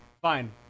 Fine